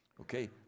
Okay